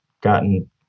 gotten